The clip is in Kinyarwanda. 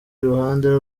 iruhande